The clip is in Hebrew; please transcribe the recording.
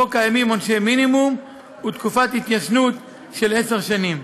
שבו קיימים עונשי מינימום ותקופת התיישנות של עשר שנים.